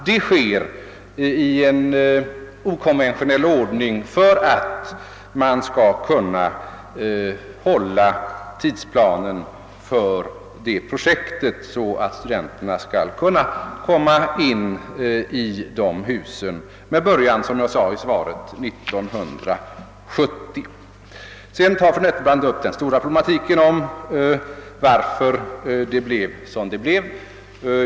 Detta sker i en okonventionell ordning för att man skall kunna hålla tidsplanen för projektet, så att studenterna kan komma in i de husen med början 1970, som jag sade i svaret. Så tar fru Nettelbrandt upp den stora problematiken om varför det blev förseningar i hela planeringen.